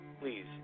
please